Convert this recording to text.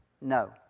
No